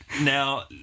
Now